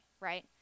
right